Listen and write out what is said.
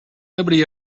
nobody